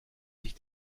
sich